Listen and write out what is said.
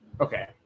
Okay